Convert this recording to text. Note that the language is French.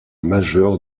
majeurs